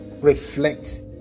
reflect